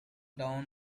down